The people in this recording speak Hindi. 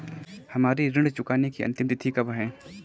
हमारी ऋण चुकाने की अंतिम तिथि कब है?